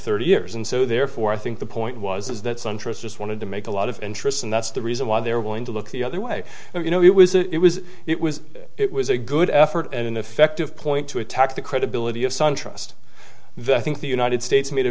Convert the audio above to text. thirty years and so therefore i think the point was that sundress just wanted to make a lot of interest and that's the reason why they're willing to look the other way and you know it was it was it was it was a good effort and an effective point to attack the credibility of sun trust that i think the united states made a